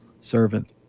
servant